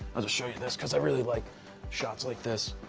show you this, because i really like shots like this.